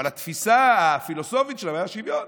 אבל התפיסה הפילוסופית שלה הייתה שוויון.